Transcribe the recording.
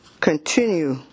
continue